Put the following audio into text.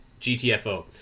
GTFO